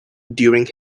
during